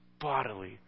bodily